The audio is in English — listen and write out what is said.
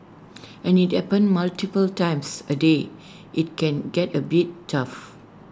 and if IT happens multiple times A day IT can get A bit tough